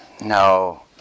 No